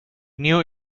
knew